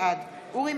בעד אורי